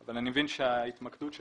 אבל אני מבין שההתמקדות של